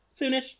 Soonish